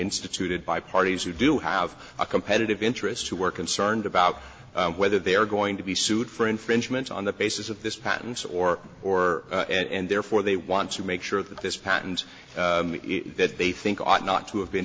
instituted by parties who do have competitive interests to work concerned about whether they're going to be sued for infringement on the basis of this patent or or and therefore they want to make sure that this patent that they think ought not to have been